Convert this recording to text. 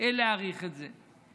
להאריך את זה.